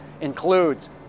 includes